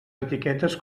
etiquetes